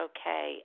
Okay